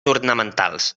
ornamentals